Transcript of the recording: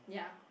yeah